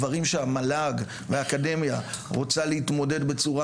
דברים שהמל"ג והאקדמיה רוצים להתמודד איתם בצורה